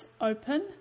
open